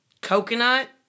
Coconut